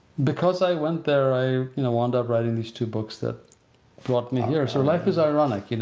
because i went there i wound up writing these two books that brought me here. so life is ironic. you know